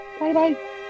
Bye-bye